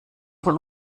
wohl